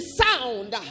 sound